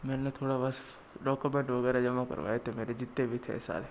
मैंने थोड़ा बस डॉक्यूमेंट वगैरह जमा करवाए थे मेरे जितने भी थे सारे